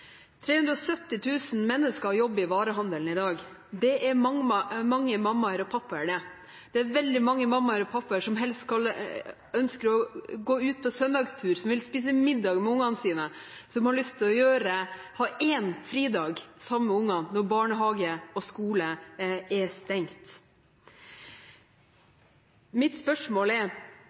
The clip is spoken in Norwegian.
mennesker jobber i varehandelen i dag. Det er mange mammaer og pappaer, det. Det er veldig mange mammaer og pappaer som helst ønsker å gå ut på søndagstur, som vil spise middag med ungene sine, som har lyst til å ha én fridag sammen med ungene når barnehage og skole er stengt. Mitt spørsmål er: